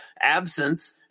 absence